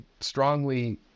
strongly